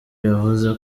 yavuze